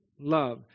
love